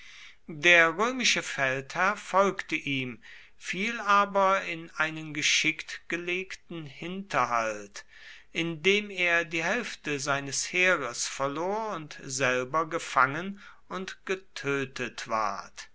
der römische feldherr folgte ihm fiel aber in einen geschickt gelegten hinterhalt in dem er die hälfte seines heeres verlor und selber gefangen und getötet ward